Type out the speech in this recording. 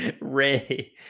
Ray